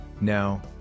Now